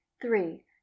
three